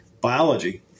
biology